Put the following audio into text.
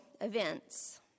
events